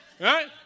right